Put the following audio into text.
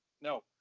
no